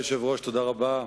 אדוני היושב-ראש, תודה רבה.